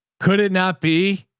could it not be